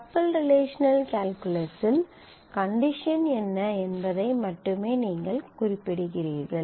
tuple relational கால்குலஸில் condition என்ன என்பதை மட்டுமே நீங்கள் குறிப்பிடுகிறீர்கள்